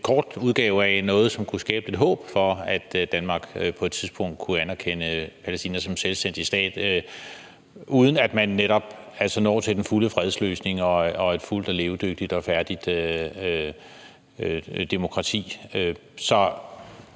en lidt kort udgave af noget, som kunne skabe lidt håb for, at Danmark på et tidspunkt kunne anerkende Palæstina som selvstændig stat, uden at man netop når til den fulde fredsløsning og et fuldt og levedygtigt og færdigt demokrati.